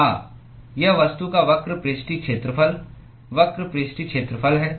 हाँ यह वस्तु का वक्र पृष्ठीय क्षेत्रफल वक्र पृष्ठीय क्षेत्रफल है